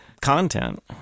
content